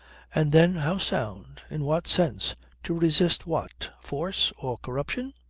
and then how sound? in what sense to resist what? force or corruption?